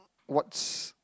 what's